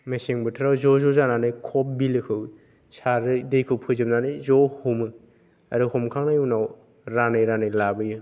मेसें बोथोराव ज' ज' जानानै खब बिलोखौ सारो दैखौ फोजोबनानै ज' हमो आरो हमखांनायनि उनाव रानै रानै लाबोयो